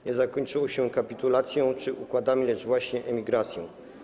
Nie zakończyło się kapitulacją czy układami, lecz właśnie emigracją.